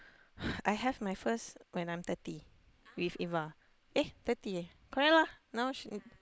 I have my first when I am thirty with Eva eh thirty eh correct lah now she